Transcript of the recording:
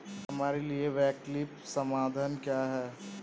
हमारे लिए वैकल्पिक समाधान क्या है?